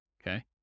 okay